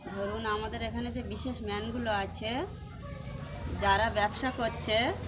ধরুন আমাদের এখানে যে বিশেষ গুলো আছে যারা ব্যবসা করছে